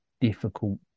difficult